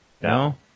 No